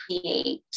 create